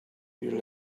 you